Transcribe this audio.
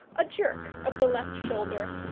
a jerk of the left shoulder,